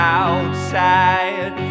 outside